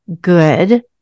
good